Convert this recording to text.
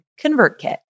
ConvertKit